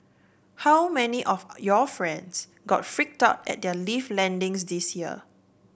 how many of your friends got freaked out at their lift landings this year